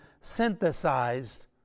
synthesized